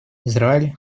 израиль